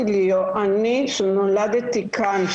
שנולדתי כאן,